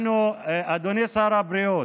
אדוני שר הבריאות,